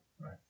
Right